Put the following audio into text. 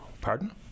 Pardon